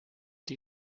die